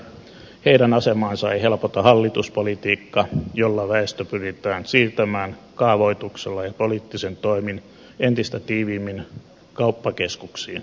heidän asemaansa ei helpota hallituspolitiikka jolla väestö pyritään siirtämään kaavoituksella ja poliittisin toimin entistä tiiviimmin kauppakeskuksiin